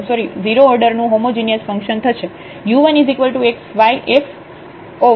તેથી આ 0 ઓર્ડર નું હોમોજિનિયસ ફંક્શન થશે